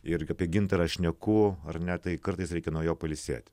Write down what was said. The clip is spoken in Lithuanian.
ir apie gintarą šneku ar ne tai kartais reikia nuo jo pailsėt